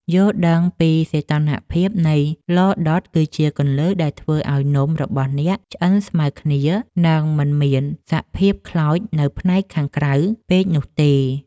យល់ដឹងពីសីតុណ្ហភាពនៃឡដុត គឺជាគន្លឹះដែលធ្វើឱ្យនំរបស់អ្នកឆ្អិនស្មើគ្នា និង មិនមានសភាពខ្លោចនៅផ្នែកខាងក្រៅពេកនោះទេ។